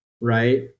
right